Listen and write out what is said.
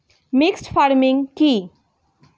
Mixed farming কি?